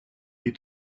est